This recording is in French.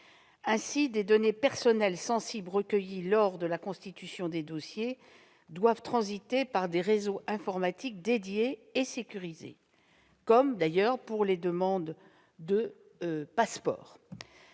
Ainsi, les données personnelles sensibles recueillies lors de la constitution des dossiers doivent transiter par des réseaux informatiques dédiés et sécurisés, comme pour les demandes de passeport.